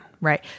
Right